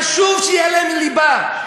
חשוב שיהיו להם לימודי ליבה,